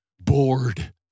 bored